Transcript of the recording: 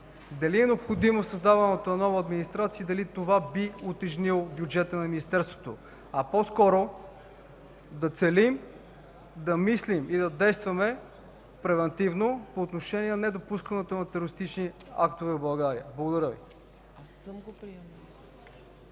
дали е необходимо създаването на нова администрация и дали това би утежнило бюджета на Министерството. По-скоро цели да мислим и да действаме превантивно по отношение недопускането на терористични актове в България. Благодаря Ви.